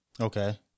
Okay